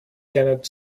cannot